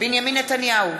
בנימין נתניהו,